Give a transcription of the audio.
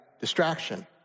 Distraction